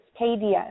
KDS